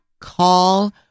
call